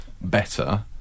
better